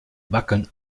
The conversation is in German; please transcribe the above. wackeln